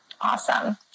Awesome